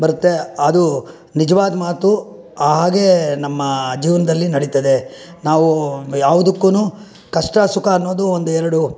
ಬರುತ್ತೆ ಅದು ನಿಜವಾದ ಮಾತು ಹಾಗೆ ನಮ್ಮ ಜೀವನದಲ್ಲಿ ನಡೀತದೆ ನಾವು ಯಾವುದಕ್ಕೂ ಕಷ್ಟ ಸುಖ ಅನ್ನೋದು ಒಂದೆರಡು